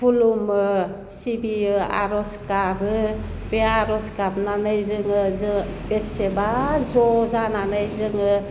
खुलुमो सिबियो आर'ज गाबो बे आर'ज गाबनानै जोङो जों बेसेबा ज' जानानै जोङो